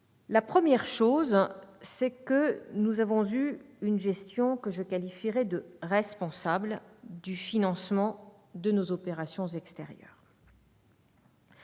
l'exposer. Tout d'abord, nous avons eu une gestion que je qualifierai de responsable du financement de nos opérations extérieure.